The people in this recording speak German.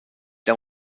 der